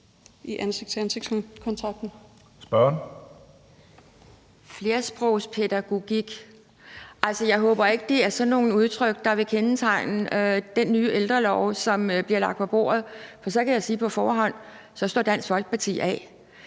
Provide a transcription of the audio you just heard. »Flersprogspædagogik« – altså, jeg håber ikke, det er sådan nogle udtryk, der vil kendetegne den nye ældrelov, som bliver lagt på bordet, for så kan jeg på forhånd sige, at Dansk Folkeparti